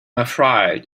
afraid